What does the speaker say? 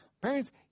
parents